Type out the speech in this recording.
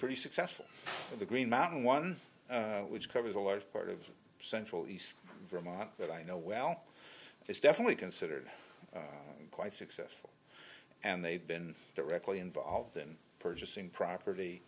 pretty successful for the green mountain one which covers a large part of central east vermont that i know well it's definitely considered quite successful and they've been directly involved in purchasing property